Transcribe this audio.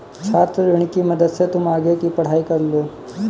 छात्र ऋण की मदद से तुम आगे की पढ़ाई कर लो